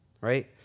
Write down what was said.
Right